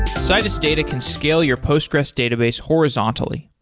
citus data can scale your postgres database horizontally.